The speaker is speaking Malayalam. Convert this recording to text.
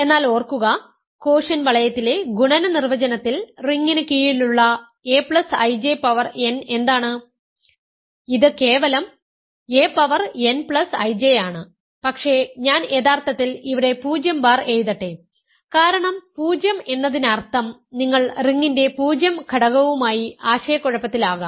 എന്നാൽ ഓർക്കുക കോഷ്യന്റ് വളയത്തിലെ ഗുണന നിർവചനത്തിൽ റിംഗിന് കീഴിലുള്ള aIJ പവർ n എന്താണ് ഇത് കേവലം a പവർ nIJ ആണ് പക്ഷേ ഞാൻ യഥാർത്ഥത്തിൽ ഇവിടെ 0 ബാർ എഴുതട്ടെ കാരണം 0 എന്നതിനർത്ഥം നിങ്ങൾ റിങ്ങിന്റെ 0 ഘടകവുമായി ആശയക്കുഴപ്പത്തിലാകാം